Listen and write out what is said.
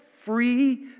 free